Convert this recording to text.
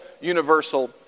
universal